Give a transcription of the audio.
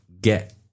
get